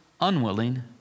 unwilling